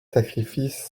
sacrifices